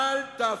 אל תהיו סמרטוטים.